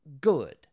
good